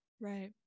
Right